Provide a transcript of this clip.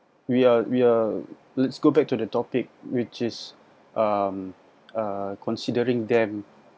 we are we are let's go back to the topic which is um uh considering them